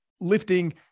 lifting